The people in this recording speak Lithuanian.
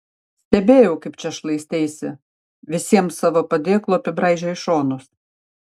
stebėjau kaip čia šlaisteisi visiems savo padėklu apibraižei šonus